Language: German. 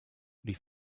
rief